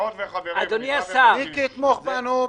חברות וחברים, מילה לסיום.